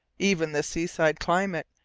even the seaside climate,